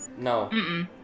No